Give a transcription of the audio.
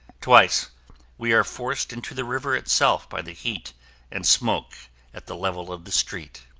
twice we are forced into the river itself by the heat and smoke at the level of the street.